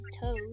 toes